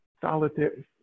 solitude